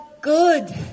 good